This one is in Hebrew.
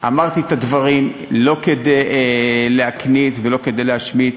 את הדברים לא כדי להקניט ולא כדי להשמיץ,